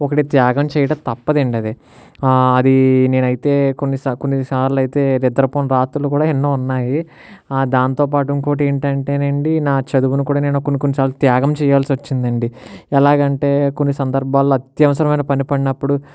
ఒకటి త్యాగం చెయ్యటం తప్పదు అండి అది ఆ అది నేన అయితే కొన్ని సా కొన్ని సార్లు అయితే నిద్దరపోని రాత్రులు కూడా ఎన్నో ఉన్నాయి ఆ దానితో పాటు ఇంకొకటి ఏంటంటే అండి నా చదువును కూడా కొన్ని కొన్ని సార్లు త్యాగం చెయ్యాల్సి వచ్చింది అండి ఎలాగంటే కొన్ని సందర్బాలలో అత్యవసరమైన పని పడినప్పుడు